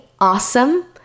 awesome